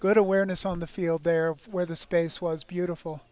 good awareness on the field there where the space was beautiful